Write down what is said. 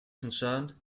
concerned